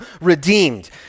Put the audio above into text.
redeemed